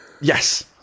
Yes